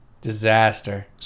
Disaster